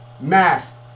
mask